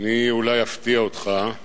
אני אולי אפתיע אותך,